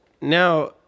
now